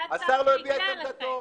זה הצו שהגיע אליכם.